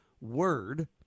word